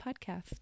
podcast